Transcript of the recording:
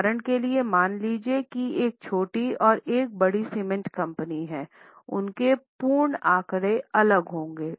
उदाहरण के लिए मान लीजिए कि एक छोटी और एक बड़ी सीमेंट कंपनी हैउनके पूर्ण आंकड़े अलग होंगे